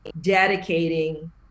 dedicating